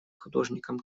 художником